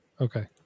Okay